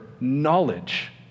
knowledge